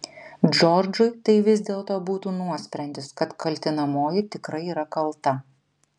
džordžui tai vis dėlto būtų nuosprendis kad kaltinamoji tikrai yra kalta